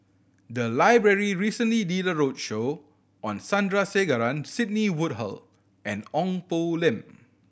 the library recently did a roadshow on Sandrasegaran Sidney Woodhull and Ong Poh Lim